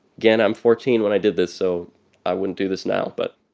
again, i'm fourteen when i did this, so i wouldn't do this now. but.